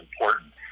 important